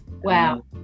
Wow